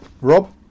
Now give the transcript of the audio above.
Rob